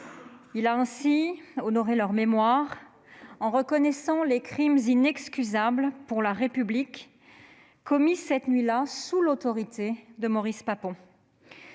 Il a ainsi honoré leur mémoire en reconnaissant les crimes inexcusables pour la République commis cette nuit-là sous l'autorité de Maurice Papon.